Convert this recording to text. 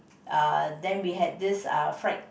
uh then we had this uh fried